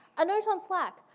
a note on slack.